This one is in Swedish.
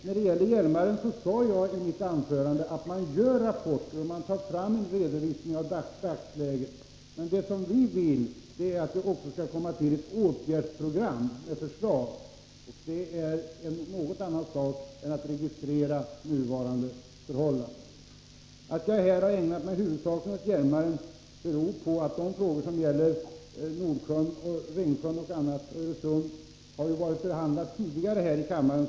När det gäller Hjälmaren sade jag i mitt anförande att man ger rapporter och tar fram redovisningar av dagsläget. Men vi vill ha ett åtgärdsprogram med förslag, och det är någonting annat än att registrera nuvarande förhållanden. Att jag har ägnat mig huvudsakligen åt Hjälmaren beror på att frågorna om Nordsjön, Ringsjön och Öresund tidigare har behandlats så mycket i kammaren.